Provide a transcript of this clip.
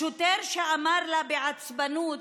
השוטר שאמר לה בעצבנות: